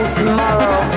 tomorrow